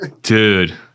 Dude